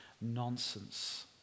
nonsense